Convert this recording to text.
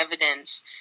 evidence